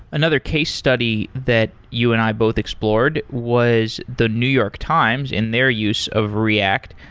another case study that you and i both explored was the new york times in their use of react.